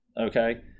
okay